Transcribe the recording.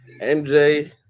MJ